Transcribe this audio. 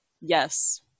yes